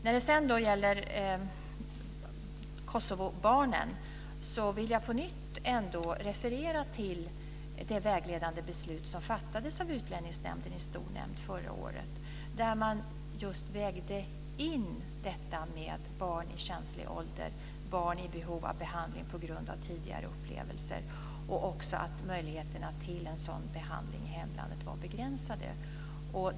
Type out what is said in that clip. Beträffande Kosovobarnen vill jag på nytt ändå referera till det vägledande beslut som fattades av Utlänningsnämnden förra året, där man just vägde in detta med barn i känslig ålder, barn i behov av behandling på grund av tidigare upplevelser och också att möjligheterna till en sådan behandling i hemlandet var begränsade.